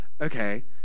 okay